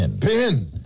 pin